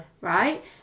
Right